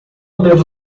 devo